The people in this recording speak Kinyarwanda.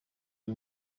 ari